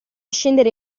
scendere